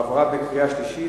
עברה בקריאה שלישית,